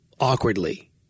awkwardly